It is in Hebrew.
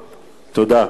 תודה.